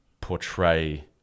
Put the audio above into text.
portray